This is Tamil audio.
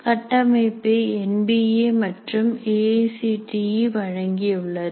கட்டமைப்பை என் பி ஏ மற்றும் A I C T E வழங்கியுள்ளது